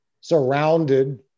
surrounded